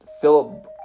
Philip